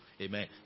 Amen